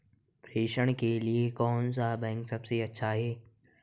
प्रेषण के लिए कौन सा बैंक सबसे अच्छा है?